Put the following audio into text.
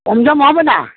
কম জম হবে না